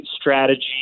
strategy